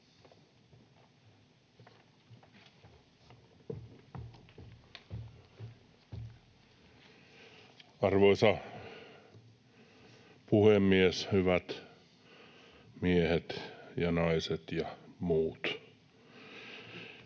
Arvoisa puhemies! Hyvät miehet ja naiset ja muut!